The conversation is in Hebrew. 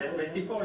זה בטיפול.